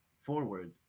forward